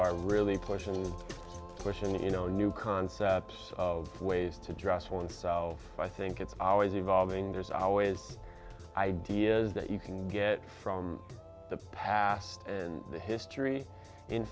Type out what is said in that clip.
are really push and push and you know new concepts of ways to dress one sow i think it's always evolving there's always ideas that you can get from the past and the history in